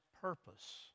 purpose